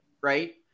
right